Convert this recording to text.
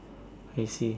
I see